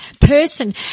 person